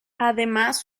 además